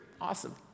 awesome